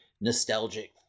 nostalgic